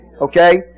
Okay